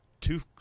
two